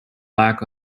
lack